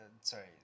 sorry